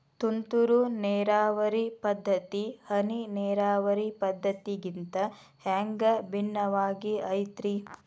ತುಂತುರು ನೇರಾವರಿ ಪದ್ಧತಿ, ಹನಿ ನೇರಾವರಿ ಪದ್ಧತಿಗಿಂತ ಹ್ಯಾಂಗ ಭಿನ್ನವಾಗಿ ಐತ್ರಿ?